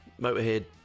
Motorhead